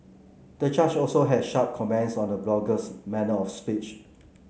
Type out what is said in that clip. the judge also had sharp comments on the blogger's manner of speech